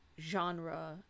genre